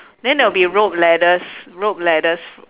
then there'll be rope ladders rope ladders